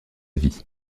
vie